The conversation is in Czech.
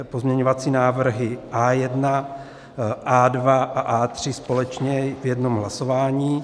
Pozměňovací návrhy A1, A2, A3 společně jedním hlasováním.